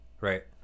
Right